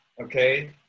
okay